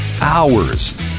hours